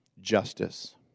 justice